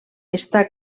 està